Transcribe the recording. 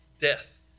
Death